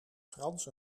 frans